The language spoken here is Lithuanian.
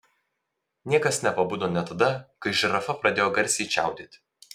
niekas nepabudo net tada kai žirafa pradėjo garsiai čiaudėti